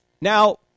Now